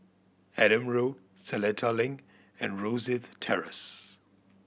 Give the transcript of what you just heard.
Adam Road Seletar Link and Rosyth Terrace